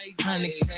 honey